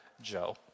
Joe